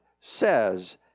says